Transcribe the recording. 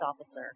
officer